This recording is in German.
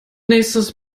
nächstes